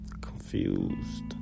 Confused